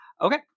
Okay